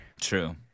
True